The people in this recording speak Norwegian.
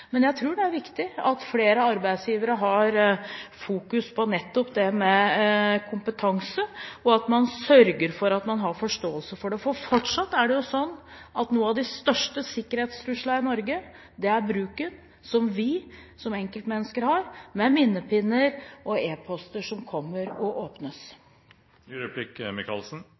Men jeg tror det er viktig at flere arbeidsgivere har fokus nettopp på det med kompetanse, og at man sørger for at man har forståelse for det. Fortsatt er det jo sånn at noen av de største sikkerhetstruslene i Norge er bruken, som vi som enkeltmennesker har – med minnepinner og e-poster som kommer og